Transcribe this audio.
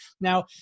Now